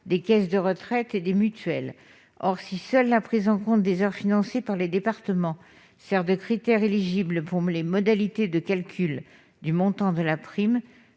des caisses de retraite et des mutuelles. Or, si seule la prise en compte des heures financées par les départements sert de critère éligible pour les modalités de calcul du montant de la prime,